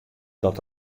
dat